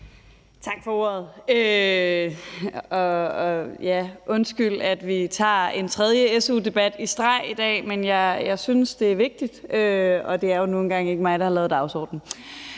Tak for ordet. Undskyld, at vi tager en tredje su-debat i streg i dag, men jeg synes, det er vigtigt, og det er nu engang ikke mig, der har lavet dagsordenen.